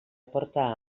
porta